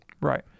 right